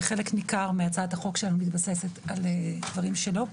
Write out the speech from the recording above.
וחלק ניכר של הצעת החוק מתבססת על דברים שלו.